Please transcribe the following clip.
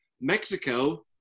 Mexico